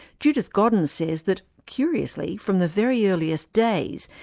judith godden says that curiously, from the very earliest days,